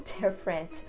different